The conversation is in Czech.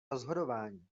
rozhodování